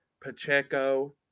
Pacheco